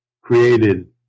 created